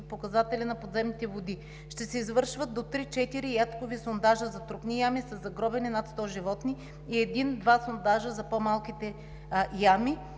показатели на подземните води. Ще се извършват до три-четири ядкови сондажа за трупни ями със загробени над 100 животни и един два сондажа за по-малките ями.